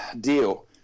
deal